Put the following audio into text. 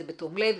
זה בתום לב,